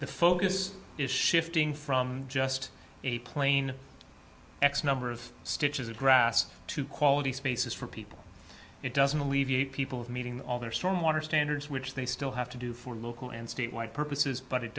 the focus is shifting from just a plain x number of stitches of grass to quality spaces for people it doesn't alleviate people of meeting all their stormwater standards which they still have to do for local and statewide purposes but it